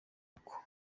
uko